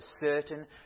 certain